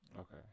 Okay